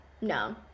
no